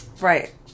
right